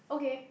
okay